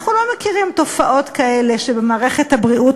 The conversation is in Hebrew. אנחנו לא מכירים תופעות כאלה שבמערכת הבריאות